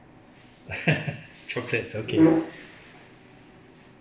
chocolates okay